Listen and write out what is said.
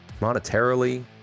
monetarily